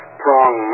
prong